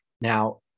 now